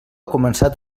començat